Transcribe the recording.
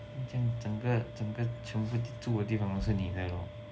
这样整个整个全部住的地方都是你的 lor